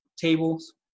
tables